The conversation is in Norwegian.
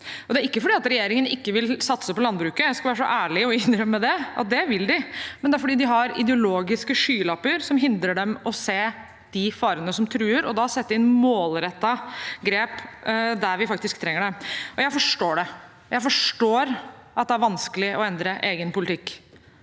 Det er ikke fordi regjeringen ikke vil satse på landbruket – jeg skal være så ærlig å innrømme at det vil de – men det er fordi de har ideologiske skylapper som hindrer dem i å se de farene som truer, og sette inn målrettede grep der vi faktisk trenger det. Jeg forstår det. Jeg forstår at det er vanskelig å endre egen politikk.